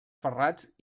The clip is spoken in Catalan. ferrats